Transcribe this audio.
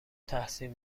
تحسین